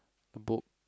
the book